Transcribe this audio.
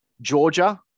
Georgia